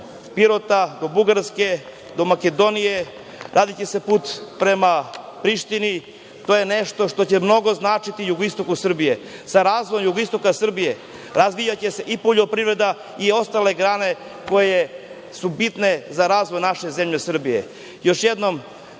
do Pirota, do Bugarske, do Makedonije, radiće se put prema Prištini, to je nešto što će mnogo značiti jugoistoku Srbije. Sa razvojem jugoistoka Srbije razvijaće se i poljoprivreda i ostale grane koje su bitne za razvoj naše zemlje Srbije. Još jednom